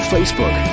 Facebook